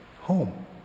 home